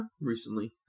recently